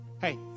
Hey